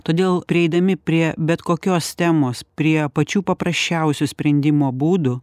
todėl prieidami prie bet kokios temos prie pačių paprasčiausių sprendimo būdų